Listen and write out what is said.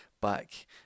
back